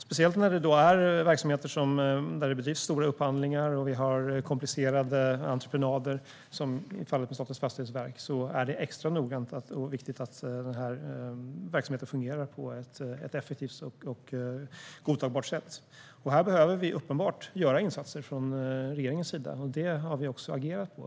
Speciellt i verksamheter där det bedrivs stora upphandlingar och där vi har komplicerade entreprenader, som i fallet med Statens fastighetsverk, är det extra noga och viktigt att verksamheten fungerar på ett effektivt och godtagbart sätt. Här är det uppenbart att vi behöver insatser från regeringens sida. Vi har också agerat när det gäller detta.